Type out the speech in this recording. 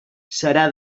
serà